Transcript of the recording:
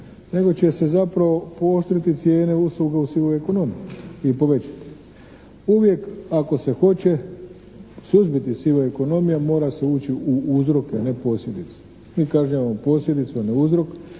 nego će se zapravo pooštriti cijene usluga u sivoj ekonomiji i povećati. Uvijek ako se hoće suzbiti siva ekonomija mora se ući u uzroke, a ne posljedice. Mi kažnjavamo posljedicu, a ne uzrok